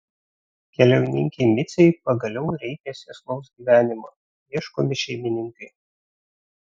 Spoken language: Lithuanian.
keliauninkei micei pagaliau reikia sėslaus gyvenimo ieškomi šeimininkai